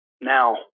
now